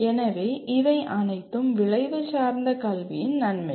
எனவே இவை அனைத்தும் விளைவு சார்ந்த கல்வியின் நன்மைகள்